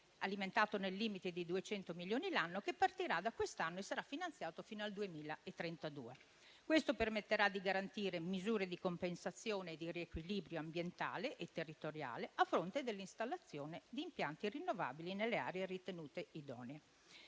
alimentato nel limite di 200 milioni l'anno, che partirà da quest'anno e sarà finanziato fino al 2032. Questo permetterà di garantire misure di compensazione e di riequilibrio ambientale e territoriale, a fronte dell'installazione di impianti rinnovabili nelle aree ritenute idonee.